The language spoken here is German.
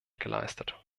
geleistet